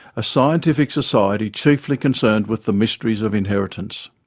a scientific society chiefly concerned with the mysteries of inheritance.